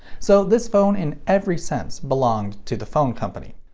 so, this phone in every sense belonged to the phone company.